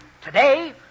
Today